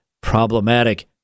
problematic